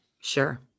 Sure